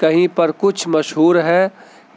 کہیں پر کچھ مشہور ہے